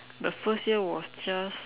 the first year was just